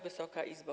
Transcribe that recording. Wysoka Izbo!